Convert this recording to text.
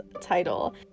title